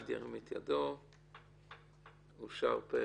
בעד אישור הצו בכפוף לשינויים שנאמרו לפרוטוקול פה אחד